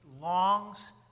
longs